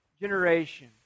generation